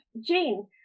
Jane